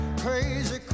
crazy